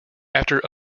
after